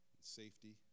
safety